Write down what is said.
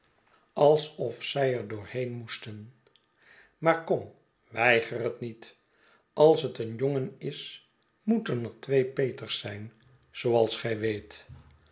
alsof zij er door keen moesten maar kom weiger het niet als het een jongen is moeten er twee peters zijn zooals gij weet